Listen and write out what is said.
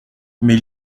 mais